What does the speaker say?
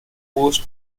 post